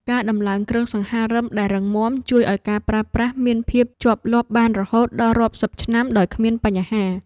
ការដំឡើងគ្រឿងសង្ហារិមដែលរឹងមាំជួយឱ្យការប្រើប្រាស់មានភាពជាប់លាប់បានរហូតដល់រាប់សិបឆ្នាំដោយគ្មានបញ្ហា។